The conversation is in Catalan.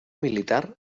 militar